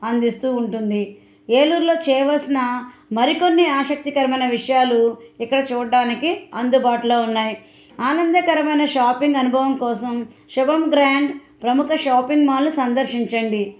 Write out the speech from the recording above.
అందిస్తూ ఉంటుంది ఏలూరులో చేయవలసిన మరికొన్ని ఆసక్తికరమైన విషయాలు ఇక్కడ చూడడానికి అందుబాటులో ఉన్నాయి ఆనందకరమైన షాపింగ్ అనుభవం కోసం శుభం గ్రాండ్ ప్రముఖ షాపింగ్ మాల్ను సందర్శించండి